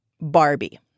Barbie